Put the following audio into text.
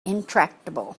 intractable